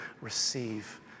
receive